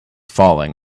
falling